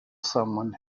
someone